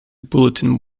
bulletin